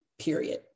period